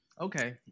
Okay